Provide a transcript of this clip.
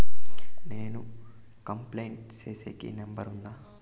నేను కంప్లైంట్ సేసేకి నెంబర్ ఉందా?